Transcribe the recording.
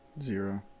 zero